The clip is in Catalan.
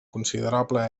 considerable